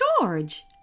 George